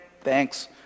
thanks